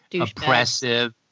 oppressive